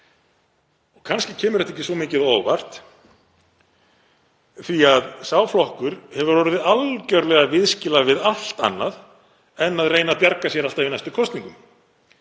Kannski kemur það ekki svo mikið á óvart því að sá flokkur hefur orðið algerlega viðskila við allt annað en að reyna að bjarga sér alltaf í næstu kosningum.